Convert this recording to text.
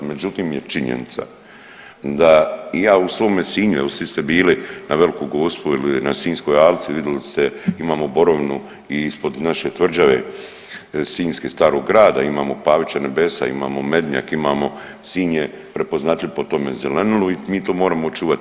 Međutim je činjenica da ja u svome Sinju jel svi ste bili na Veliku Gospu ili na Sinjskoj Alci vidili ste imamo borovinu i ispod naše tvrđave sinjske starog grada, imamo Pavića nebesa, imamo Mednjak, imamo, Sinj je prepoznatljiv po tome zelenilu i mi to moramo očuvat.